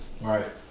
Right